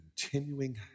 continuing